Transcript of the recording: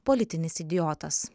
politinis idiotas